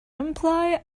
imply